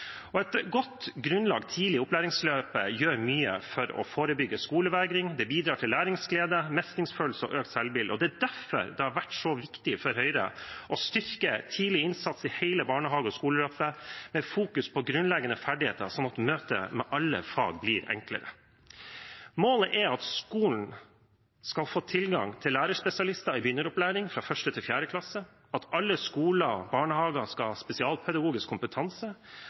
Et godt grunnlag tidlig i opplæringsløpet gjør mye for å forebygge skolevegring, det bidrar til læringsglede, mestringsfølelse og økt selvbilde. Det er derfor det har vært så viktig for Høyre å styrke tidlig innsats i hele barnehage- og skoleløpet, med grunnleggende ferdigheter i fokus slik at møtet med alle fag blir enklere. Målet er at skolen skal få tilgang til lærerspesialister i begynneropplæring fra 1. til 4. klasse, og at alle skoler og barnehager skal ha spesialpedagogisk kompetanse.